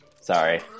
Sorry